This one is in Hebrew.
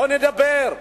בואו נדבר,